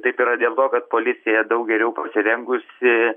taip yra dėl to kad policija daug geriau pasirengusi